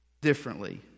differently